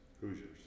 Hoosiers